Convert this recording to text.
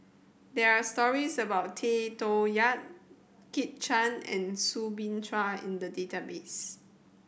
there are stories about Tay Toh Yat Kit Chan and Soo Bin Chua in the database